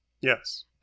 Yes